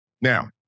Now